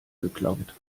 geklaut